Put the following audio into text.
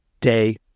day